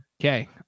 Okay